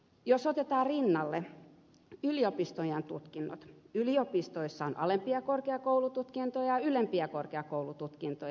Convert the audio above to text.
jos otetaan rinnalle yliopistojen tutkinnot yliopistoissa on alempia korkeakoulututkintoja ja ylempiä korkeakoulututkintoja